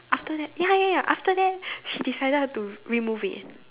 after that ya ya ya after that she decided to remove it